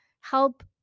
help